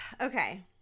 Okay